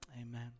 Amen